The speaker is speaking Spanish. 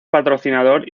patrocinador